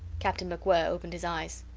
captain macwhirr opened his eyes.